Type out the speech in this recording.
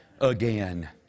again